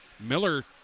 Miller